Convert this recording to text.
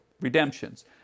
redemptions